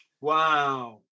Wow